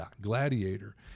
Gladiator